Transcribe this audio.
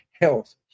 health